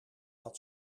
had